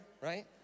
right